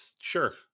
sure